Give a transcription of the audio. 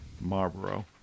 Marlboro